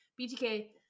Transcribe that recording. btk